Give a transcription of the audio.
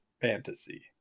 fantasy